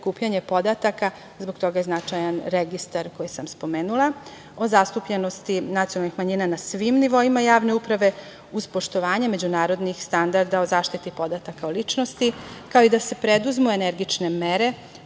prikupljanje podataka zbog toga je značajan registar koji sam spomenula o zastupljenosti nacionalnih manjina na svim nivoima javne uprave uz poštovanje međunarodnih standarda o zaštiti podataka o ličnosti, kao i da se preduzmu energične mere